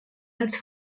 els